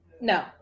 No